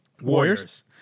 Warriors